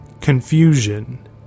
Confusion